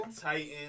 Titan